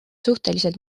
suhteliselt